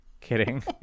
kidding